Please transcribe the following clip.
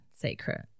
secret